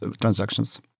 transactions